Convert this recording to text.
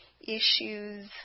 issues